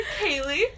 Kaylee